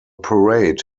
parade